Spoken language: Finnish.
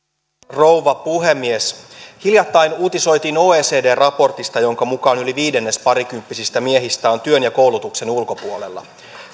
rouva puhemies hiljattain uutisoitiin oecd raportista jonka mukaan yli viidennes parikymppisistä miehistä on työn ja koulutuksen ulkopuolella